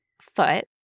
foot